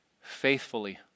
faithfully